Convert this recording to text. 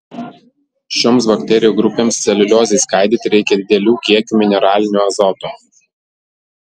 šioms bakterijų grupėms celiuliozei skaidyti reikia didelių kiekių mineralinio azoto